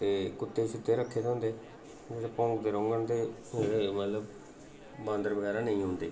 ते कुत्ते शुत्ते रक्खे दे होंदे जेल्लै भौंकदे रौह्ङन ते फ्ही मतलब बांदर बगैरा नेईं औंदे